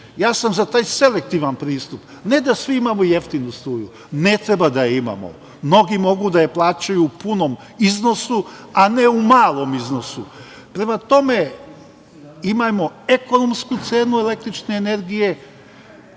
Ja sam za taj selektivan pristup, ne da svi imamo jeftinu struju, ne trebamo da imamo, mnogi mogu da je plaćaju u punom iznosu, a ne u malom iznosu. Prema tome, imajmo ekonomsku cenu električne energije.